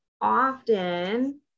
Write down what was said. often